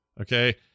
Okay